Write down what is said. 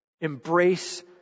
Embrace